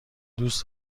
دوست